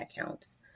accounts